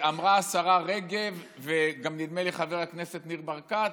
אמרה השרה רגב, וגם, נדמה לי, חבר הכנסת ניר ברקת,